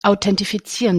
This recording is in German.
authentifizieren